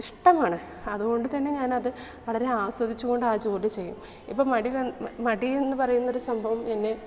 ഇഷ്ടമാണ് അതുകൊണ്ടു തന്നെ ഞാനത് വളരെ ആസ്വദിച്ചുകൊണ്ട് ആ ജോലി ചെയ്യും ഇപ്പം മടി വന്ന് മടിയെന്ന് പറയുന്നൊരു സംഭവം എന്നെ